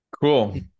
Cool